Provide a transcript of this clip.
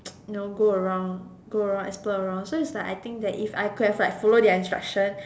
you know go around go around explore around so is like I think that is I clarify follow their instruction